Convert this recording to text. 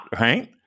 right